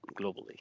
globally